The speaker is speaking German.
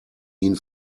ihn